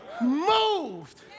Moved